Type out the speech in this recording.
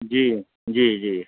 जी जी जी